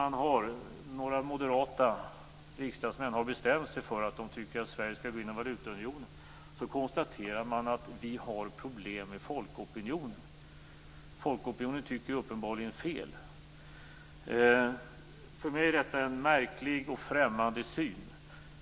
Några moderata riksdagsmän har bestämt sig för att de tycker att Sverige skall gå in i valutaunionen, och sedan konstaterar de: Vi har problem med folkopinionen. Folkopinionen tycker uppenbarligen fel. För mig är detta en märklig och främmande syn.